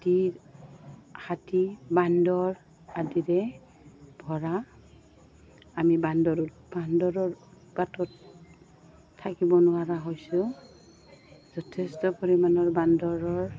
হাতী হাতী বান্দৰ আদিৰে ভৰা আমি বান্দৰো বান্দৰৰ উৎপাতত থাকিব নোৱাৰা হৈছোঁ যথেষ্ট পৰিমাণৰ বান্দৰৰ